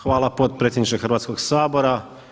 Hvala potpredsjedniče Hrvatskog sabora.